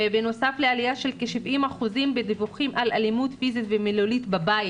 ובנוסף לעליה של כ-70% בדיווחים על אלימות פיזית ומילולית בבית.